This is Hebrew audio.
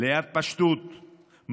ליד פשטות,